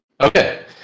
Okay